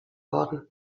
worden